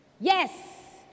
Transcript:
Yes